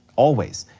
always.